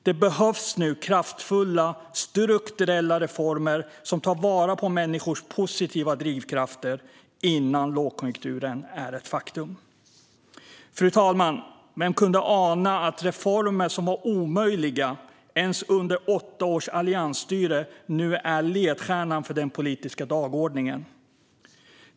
Det behövs nu kraftfulla, strukturella reformer som tar vara på människors positiva drivkrafter innan lågkonjunkturen är ett faktum. Fru talman! Vem kunde ana att reformer som var omöjliga till och med under åtta års alliansstyre nu är ledstjärnan för den politiska dagordningen?